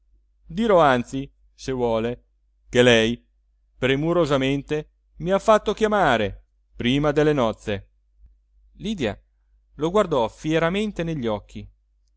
dirò anzi se vuole che lei premurosamente mi ha fatto chiamare prima delle nozze lydia lo guardò fieramente negli occhi